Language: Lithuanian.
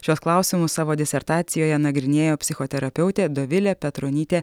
šiuos klausimus savo disertacijoje nagrinėjo psichoterapeutė dovilė petronytė